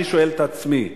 אני שואל את עצמי: